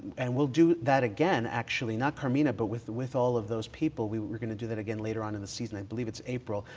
and we'll do that again, actually, not carmina, but with with all of those people. we're going to do that again later on in the season. i believe it's april,